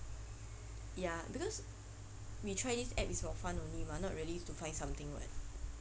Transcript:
ya because we tried this app it's for fun only mah not really to find something [what]